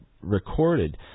recorded